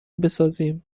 بسازیم